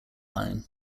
line